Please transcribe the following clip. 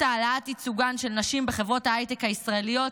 העלאת ייצוגן של נשים בחברות ההייטק הישראליות,